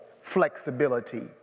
flexibility